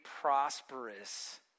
prosperous